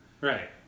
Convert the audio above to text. Right